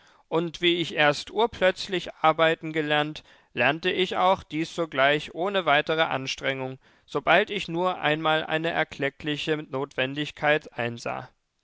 und wie ich erst urplötzlich arbeiten gelernt lernte ich auch dies sogleich ohne weitere anstrengung sobald ich nur einmal eine erkleckliche notwendigkeit einsah